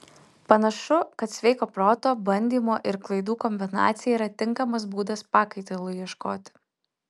panašu kad sveiko proto bandymo ir klaidų kombinacija yra tinkamas būdas pakaitalui ieškoti